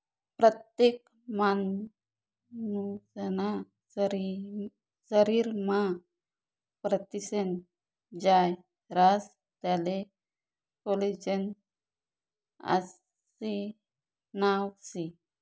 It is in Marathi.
परतेक मानूसना शरीरमा परथिनेस्नं जायं रास त्याले कोलेजन आशे नाव शे